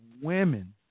women